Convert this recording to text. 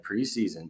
preseason